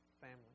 family